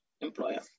employer